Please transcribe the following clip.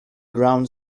ground